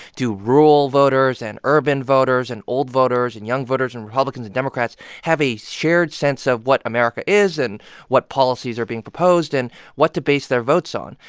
do rural voters and urban voters and old voters and young voters and republicans and democrats have a shared sense of what america is and what policies are being proposed and what to base their votes on?